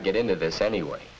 i get into this anyway